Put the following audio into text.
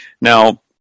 Now